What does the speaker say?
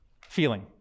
feeling